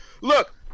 Look